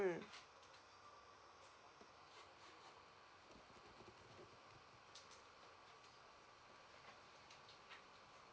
mm